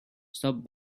stop